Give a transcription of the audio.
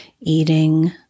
eating